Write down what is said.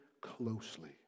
closely